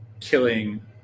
killing